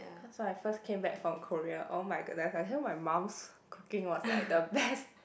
cause when I first came back from Korea all my my mum's cooking was like the best